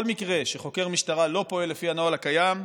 מקרה שבו חוקר משטרה לא פועל לפי הנוהל הקיים,